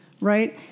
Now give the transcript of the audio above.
right